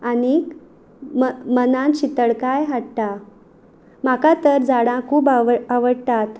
आनीक म मनान शितळकाय हाडटा म्हाका तर झाडां खूब आवड आवडटात